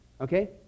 Okay